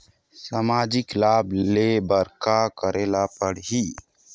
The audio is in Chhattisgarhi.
सामाजिक लाभ ले बर का करे ला पड़ही?